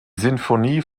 sinfonie